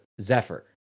Zephyr